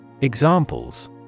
Examples